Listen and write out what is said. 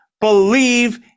believe